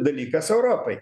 dalykas europai